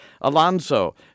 Alonso